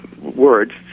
words